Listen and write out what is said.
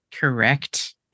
Correct